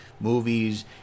movies